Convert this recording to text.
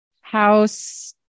house